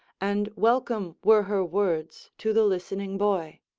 and welcome were her words to the listening boy.